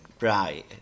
right